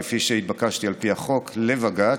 כפי שהתבקשתי על פי החוק לבג"ץ,